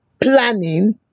planning